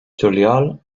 juliol